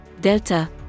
Delta